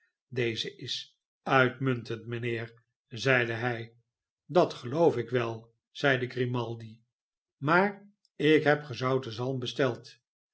deze is uitmuntend mijnheer zeide hij dat geloof ik wel zeide grimaldi maar ik heb gezouten zalm besteld